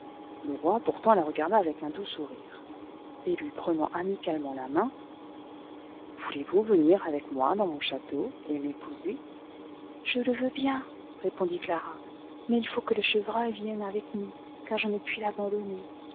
le roi pourtant la regarda avec un doux sourire et lui prenant amicalement la main ce voulez-vous venir avec moi dans mon château et m'épouser je le veux bien répondit clara mais il faut que le chevreuil vienne avec nous car je ne puis l'abandonner